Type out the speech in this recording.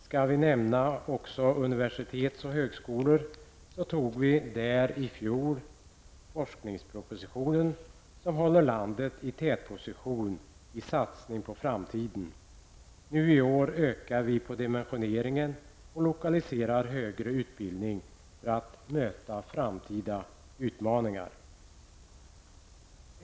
Skall jag också nämna universitets och högskolor, så tog vi i fjol forksningspropositionen, som håller landet i tätpositionen i satsning på framtiden. Nu i år ökar vi på dimensionen och lokaliserar högre utbildning för att möta framtida utmaningar.